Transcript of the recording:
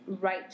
right